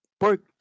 pork